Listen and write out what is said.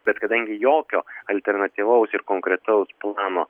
bet kadangi jokio alternatyvaus ir konkretaus plano